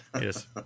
Yes